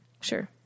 Sure